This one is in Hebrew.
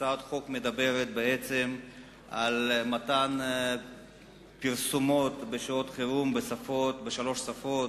הצעת החוק מדברת על מתן פרסומות בשעות חירום בשלוש שפות: